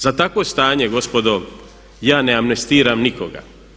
Za takvo stanje gospodo ja ne amnestiram nikoga.